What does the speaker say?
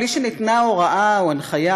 בלי שניתנה הוראה או הנחיה,